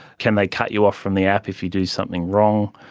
can they cut you off from the app if you do something wrong,